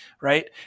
right